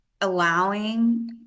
allowing